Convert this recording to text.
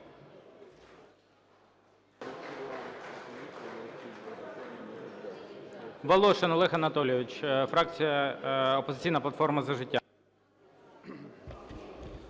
Волошин Олег Анатолійович, фракція "Опозиційна платформа – За життя".